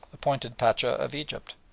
appointed pacha of egypt.